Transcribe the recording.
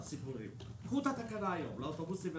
קחו את התקנה היום לאוטובוסים ולמשאיות.